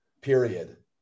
period